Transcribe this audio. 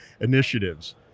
initiatives